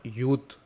youth